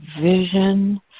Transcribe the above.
vision